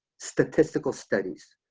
statistical studies,